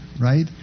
right